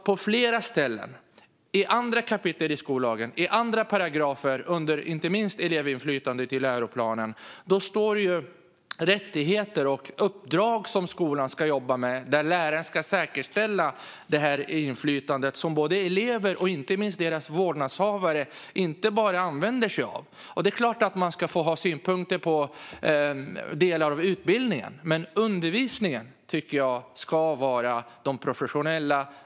På flera ställen i andra kapitel i skollagen och inte minst i paragrafer gällande elevinflytandet i läroplanen står det om rättigheter och om det uppdrag som skolan ska jobba med, där läraren ska säkerställa det inflytande som både elever och inte minst deras vårdnadshavare använder sig av. Det är klart att man ska få ha synpunkter på delar av utbildningen, men undervisningen tycker jag ska skötas av de professionella.